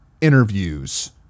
interviews